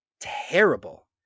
terrible